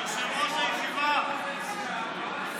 יושב-ראש הישיבה מנסור.